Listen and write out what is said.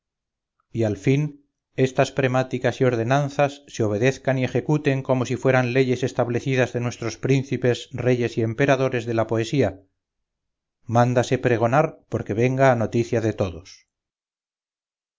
y al fin estas premáticas y ordenanzas se obedezcan y ejecuten como si fueran leyes establecidas de nuestros príncipes reyes y emperadores de la poesía mándanse pregonar porque venga a noticia de todos